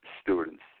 students